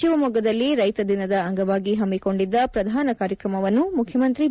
ಶಿವಮೊಗ್ಗದಲ್ಲಿ ರೈತ ದಿನದ ಅಂಗವಾಗಿ ಹಮ್ಮಿಕೊಂಡಿದ್ದ ಪ್ರಧಾನ ಕಾರ್ಯಕ್ರಮವನ್ನು ಮುಖ್ಯಮಂತ್ರಿ ಬಿ